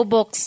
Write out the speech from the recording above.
Box